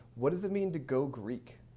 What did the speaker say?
what does it mean to go greek?